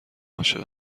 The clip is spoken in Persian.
عاشق